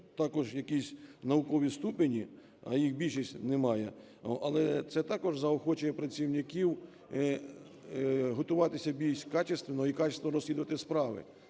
також якісь наукові ступені, а їх більшість не має, але це також заохочує працівників готуватись більш качественно и качественно розслідувати справи,